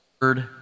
third